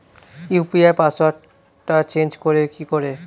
UPI পাসওয়ার্ডটা change করে কি করে?